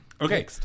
Okay